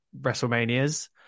WrestleManias